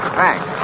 thanks